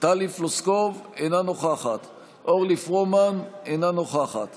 טלי פלוסקוב, אינה נוכחת אורלי פרומן, אינה נוכחת